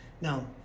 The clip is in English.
Now